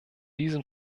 diesem